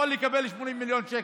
יכול לקבל 80 מיליון שקל.